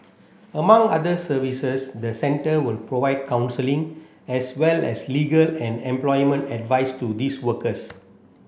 among other services the centre will provide counselling as well as legal and employment advice to these workers